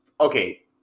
okay